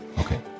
Okay